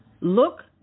Look